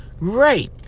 right